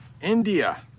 India